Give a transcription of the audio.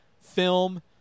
film